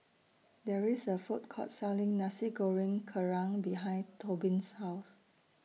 There IS A Food Court Selling Nasi Goreng Kerang behind Tobin's House